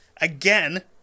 again